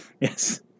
Yes